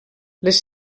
les